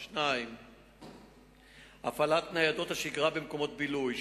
2. הפעלת ניידות שגרה במקומות בילוי,